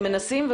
הם מנסים.